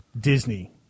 Disney